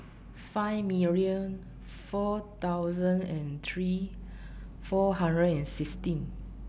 five million four thousand and three four hundred and sixteen